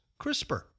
CRISPR